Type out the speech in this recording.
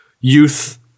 youth